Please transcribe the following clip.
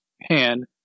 hand